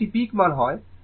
যদি এটি পিক মান হয়